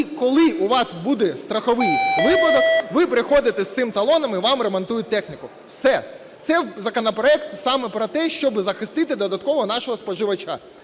І коли у вас буде страховий випадок, ви приходите з цим талоном і вам ремонтують техніку. Все. Це законопроект саме про те, щоби захистити додатково нашого споживача.